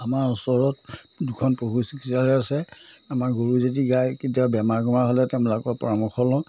আমাৰ ওচৰত দুখন পশু চিকিৎসালয় আছে আমাৰ গৰু যদি গাই কেতিয়া বেমাৰ গেমাৰ হ'লে তেওঁলোকৰ পৰামৰ্শ লওঁ